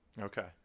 okay